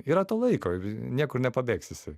yra to laiko ir niekur nepabėgs jisai